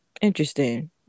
Interesting